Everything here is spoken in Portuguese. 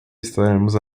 estaremos